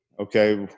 Okay